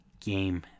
Game